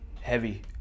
heavy